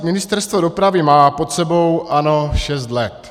Ministerstvo dopravy má pod sebou ANO šest let.